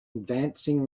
advancing